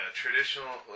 traditional